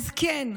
אז כן,